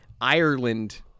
Ireland